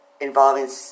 involving